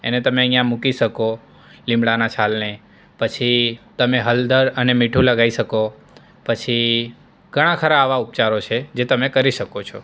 એને તમે અહીંયાં મૂકી શકો લીમડાના છાલને પછી તમે હળદર અને મીઠું લગાવી શકો પછી ઘણા ખરા એવા ઉપચારો છે જે તમે કરી શકો છો